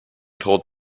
told